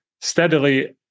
steadily